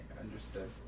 Understood